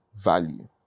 value